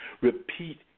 Repeat